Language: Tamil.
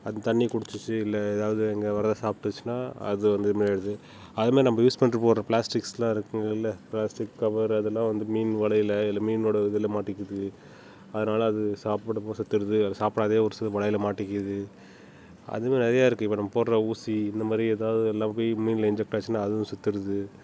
அது தண்ணீ குடித்துச்சு இல்லை ஏதாவது அங்கே வர்றது சாப்பிட்டுச்சின்னா அது அந்த மாதிரி ஆகிடுது அதுமாதிரி நம்ம யூஸ் பண்ணிட்டுப் போடுற பிளாஸ்டிக்ஸ் எல்லாம் இருக்குங்க இல்லை பிளாஸ்டிக் கவர் அதெல்லாம் வந்து மீன் வலையில் இல்லை மீனோட இதில் மாட்டிக்குது அதனால் அது சாப்பிறப்போ செத்துடுது அது சாப்பிடாது ஒரு சில வலையில் மாட்டிக்கிது அதுவும் நிறைய இருக்கு இப்போது நம்ம போடுற ஊசி இந்தமாதிரி ஏதாவது எல்லாம் போய் மீனில் இன்ஜெக்ட் ஆச்சுன்னால் அதுவும் செத்துடுது